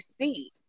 see